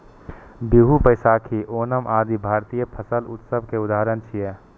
बीहू, बैशाखी, ओणम आदि भारतीय फसल उत्सव के उदाहरण छियै